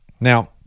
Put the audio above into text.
Now